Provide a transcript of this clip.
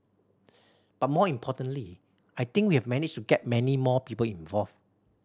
but more importantly I think we have managed to get many more people involved